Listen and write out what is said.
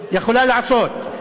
יכולה לעשות?